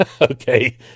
okay